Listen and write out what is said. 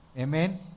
Amen